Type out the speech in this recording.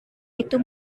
itu